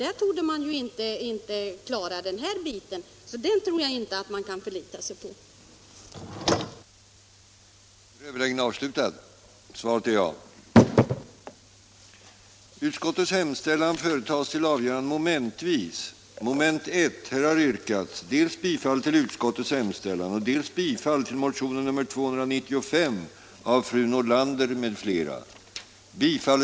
Där torde man inte klara någonting med hjälp av medbestämmandelagen, så den tror jag inte att man kan Nr 72 förlita sig på. Onsdagen den Det är angeläget att man snabbt uppnår en förbättrad kontroll av entreprenörers och andra uppdragstagares redovisning av skatter och ar 81